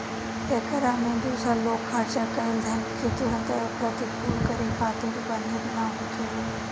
एकरा में दूसर लोग खर्चा कईल धन के तुरंत प्रतिपूर्ति करे खातिर बाधित ना होखेला